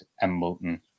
Embleton